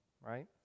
right